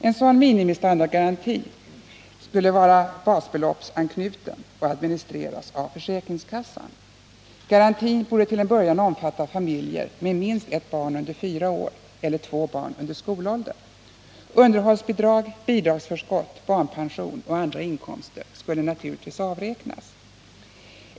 En sådan minimistandardgaranti skulle vara basbeloppsanknuten och administreras av försäkringskassan. Garantin borde till en början omfatta familjer med minst ett barn under fyra år eller två barn under skolåldern. Underhållsbidrag, bidragsförskott, barnpension och andra inkomster skulle naturligtvis avräknas.